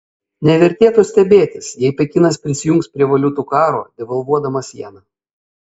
nevertėtų stebėtis jei pekinas prisijungs prie valiutų karo devalvuodamas jeną